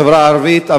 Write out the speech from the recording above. החברה הערבית,